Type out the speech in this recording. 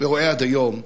ורואה עד היום זה,